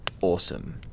awesome